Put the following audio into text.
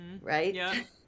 right